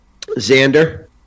Xander